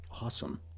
Awesome